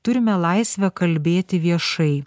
turime laisvę kalbėti viešai